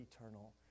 eternal